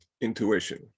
intuition